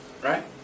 Right